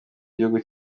gihugu